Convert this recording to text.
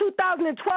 2012